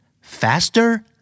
faster